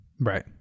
Right